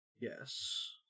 Yes